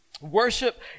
Worship